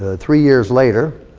ah three years later,